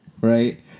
right